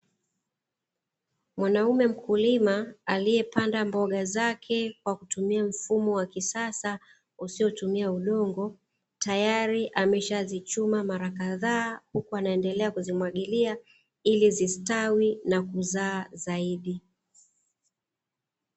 Mwanaume mkulima aliyepanda mboga zake kwa kutumia mfumo wa kisasa usiotumia udongo, tayari ameshazichuma mara kadhaa huku anaendelea kuzimwagilia ili zistawi na kuzaa zaidi.